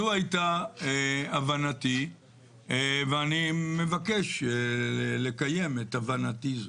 זאת היתה הבנתי ואני מבקש לקיים את הבנתי זאת.